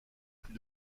plus